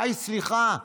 אה, סליחה.